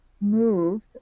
moved